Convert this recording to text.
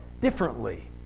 differently